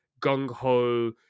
gung-ho